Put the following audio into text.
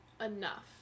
enough